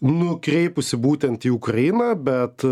nukreipusi būtent į ukrainą bet